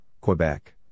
Quebec